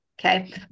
Okay